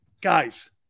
Guys